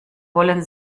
wollen